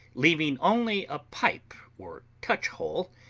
leaving only a pipe or touch-hole,